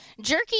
Jerky